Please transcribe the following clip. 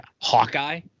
Hawkeye